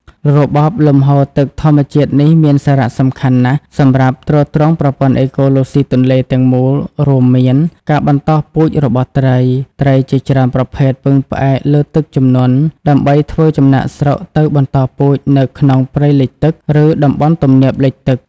របបលំហូរទឹកធម្មជាតិនេះមានសារៈសំខាន់ណាស់សម្រាប់ ទ្រទ្រង់ប្រព័ន្ធអេកូឡូស៊ីទន្លេ ទាំងមូលរួមមាន ការបន្តពូជរបស់ត្រី ត្រីជាច្រើនប្រភេទពឹងផ្អែកលើទឹកជំនន់ដើម្បីធ្វើចំណាកស្រុកទៅបន្តពូជនៅក្នុងព្រៃលិចទឹក ឬតំបន់ទំនាបលិចទឹក។